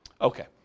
Okay